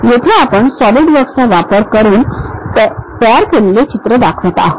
येथे आपण सॉलिडवर्क्स वापरून तयार केलेले चित्र दाखवत आहोत